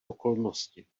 okolnosti